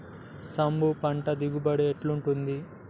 సాంబ పంట దిగుబడి ఎట్లుంటది?